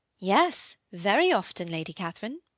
yes, very often, lady catherine.